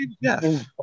yes